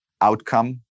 outcome